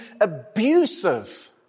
abusive